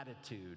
attitude